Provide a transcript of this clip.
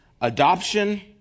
adoption